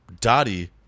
Dottie